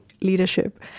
leadership